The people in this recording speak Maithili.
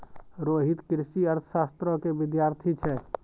रोहित कृषि अर्थशास्त्रो के विद्यार्थी छै